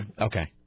okay